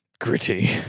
gritty